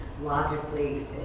logically